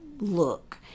look